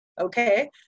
okay